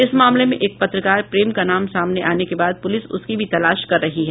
इस मामले में एक पत्रकार प्रेम का नाम सामने आने के बाद पुलिस उसकी भी तलाश कर रही है